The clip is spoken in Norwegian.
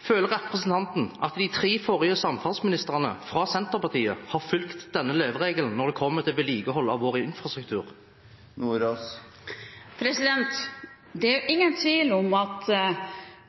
Føler representanten Sjelmo Nordås at de tre forrige samferdselsministrene, fra Senterpartiet, har fulgt denne leveregelen når det kommer til vedlikehold av vår infrastruktur? Det er ingen tvil om at